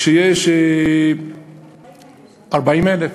כשיש 40,000,